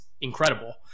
incredible